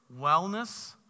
wellness